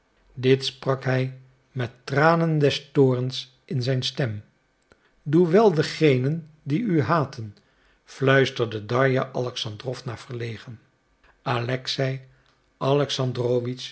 dit sprak hij met tranen des toorns in zijn stem doe wel degenen die u haten fluisterde darja alexandrowna verlegen alexei alexandrowitsch